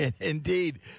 Indeed